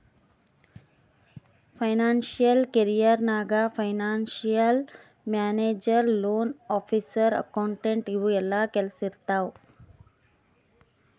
financial career ನಾಗ್ financial manager, loan officer, accountant ಇವು ಎಲ್ಲಾ ಕೆಲ್ಸಾ ಇರ್ತಾವ್